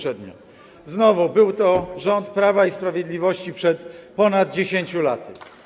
Znowu był to rząd Prawa i Sprawiedliwości przed ponad 10 laty.